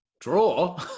Draw